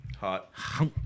Hot